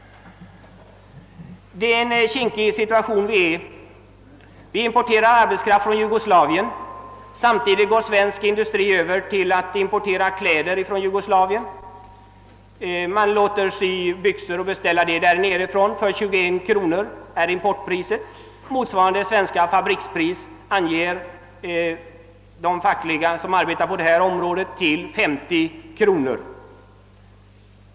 Det är en kinkig situation vi är i. Vi importerar exempelvis arbetskraft från Jugoslavien. Samtidigt går svensk industri över till att importera kläder från Jugoslavien. Man låter sy byxor där nere för 21 kronor — det är importpriset. Motsvarande svenska fabrikspris anger de fackliga medlemmarna, som arbetar på detta område, till 50 kronor.